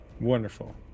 Wonderful